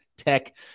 tech